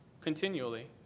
continually